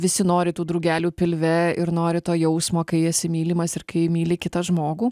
visi nori tų drugelių pilve ir nori to jausmo kai esi mylimas ir kai myli kitą žmogų